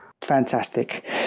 Fantastic